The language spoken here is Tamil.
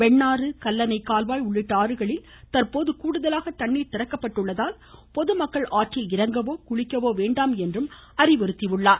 வெண்ணாறு கல்லணை கால்வாய் உள்ளிட்ட ஆறுகளில் தற்போது கூடுதலாக தண்ணீர் திறக்கப்பட்டுள்ளதால் பொதுமக்கள் ஆற்றில் இறங்கவோ குளிக்கவோ வேண்டாம் என்றும் அவர் கேட்டுக்கொண்டார்